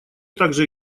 также